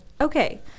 Okay